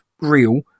real